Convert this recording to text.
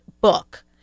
book